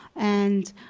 and,